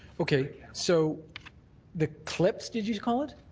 okay. so the clips, did you call it?